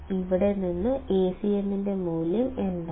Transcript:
ഇവിടെ നിന്ന് Acm ന്റെ മൂല്യം എന്താണ്